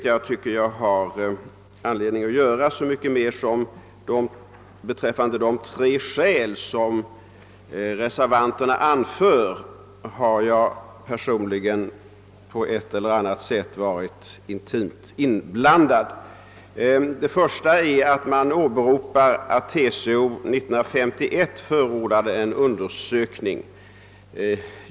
Jag tycker jag har så mycket större anledning att göra det som jag personligen på ett eller annat sätt har varit intimt inblandad vid tillkomsten av de tre skäl som reservanterna anför. Reservanterna åberopar först att TCO år 1951 förordade en undersökning.